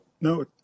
no